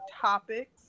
topics